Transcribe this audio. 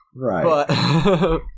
Right